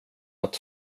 att